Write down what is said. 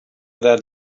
that